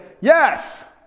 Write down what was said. yes